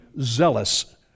zealous